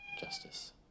justice